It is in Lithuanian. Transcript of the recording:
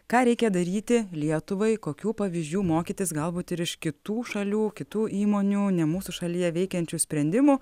ką reikia daryti lietuvai kokių pavyzdžių mokytis galbūt ir iš kitų šalių kitų įmonių ne mūsų šalyje veikiančių sprendimų